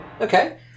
okay